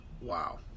Wow